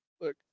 Look